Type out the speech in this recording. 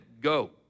go